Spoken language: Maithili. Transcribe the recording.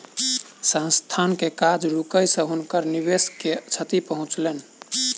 संस्थान के काज रुकै से हुनकर निवेश के क्षति पहुँचलैन